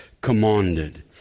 commanded